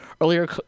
Earlier